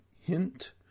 Hint